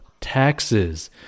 taxes